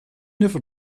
never